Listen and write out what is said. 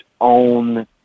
own